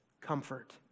comfort